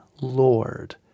Lord